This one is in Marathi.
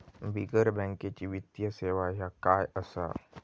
बिगर बँकेची वित्तीय सेवा ह्या काय असा?